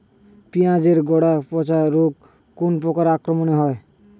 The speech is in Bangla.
পিঁয়াজ এর গড়া পচা রোগ কোন পোকার আক্রমনে হয়?